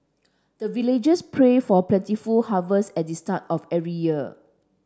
the villagers pray for plentiful harvest at the start of every year